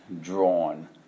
drawn